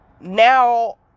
now